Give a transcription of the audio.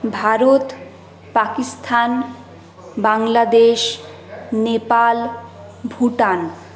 Bharat Pakistan Bangladesh Nepal Bhutan